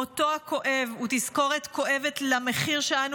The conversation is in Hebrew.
מותו הכואב הוא תזכורת כואבת למחיר שאנו